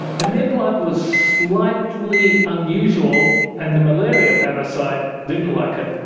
and their blood was slightly unusual and the malaria parasite didn't like ah